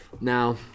Now